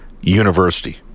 University